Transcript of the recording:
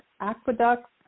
aqueducts